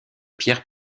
pierre